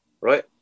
right